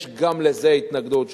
יש גם לזה התנגדות,